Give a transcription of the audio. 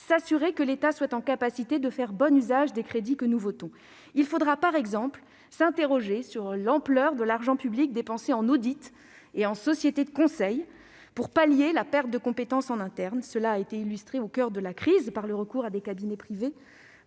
s'assurer que l'État soit en capacité de faire bon usage des crédits que nous votons. Il faudra, par exemple, s'interroger sur l'ampleur de l'argent public dépensé en audits et prestations de sociétés de conseil pour pallier la perte de compétences en interne. On l'a bien vu au coeur de la crise, lorsque des cabinets privés